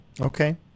Okay